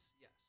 yes